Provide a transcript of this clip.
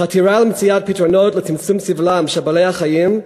חתירה למציאת פתרונות לצמצום סבלם של בעלי-החיים,